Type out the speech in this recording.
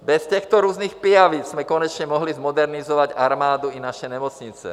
Bez těchto různých pijavic jsme konečně mohli zmodernizovat armádu i naše nemocnice.